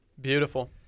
Beautiful